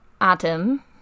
Adam